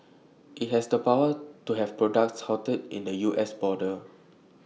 IT has the power to have products halted at the us border